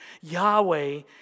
Yahweh